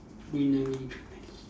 greenery